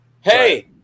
Hey